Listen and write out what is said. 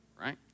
right